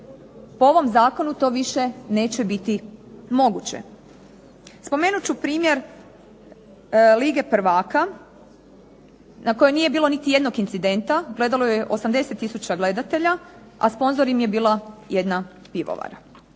Po ovom zakonu to više neće biti moguće. Spomenut ću primjer Lige prvaka na kojoj nije bilo niti jednog incidenta. Gledalo ju je 80 tisuća gledatelja, a sponzor im je bila jedna pivovara.